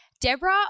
Deborah